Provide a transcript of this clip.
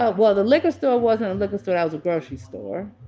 ah well, the liquor store wasn't a liquor store. i was a grocery store.